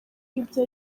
ibyo